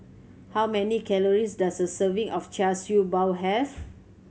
how many calories does a serving of Char Siew Bao have